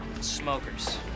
smokers